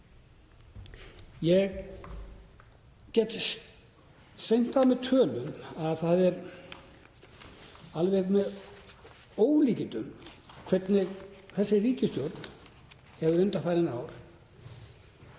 Ég get sýnt með tölum að það er alveg með ólíkindum hvernig þessi ríkisstjórn hefur undanfarin ár